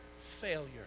failure